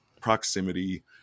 proximity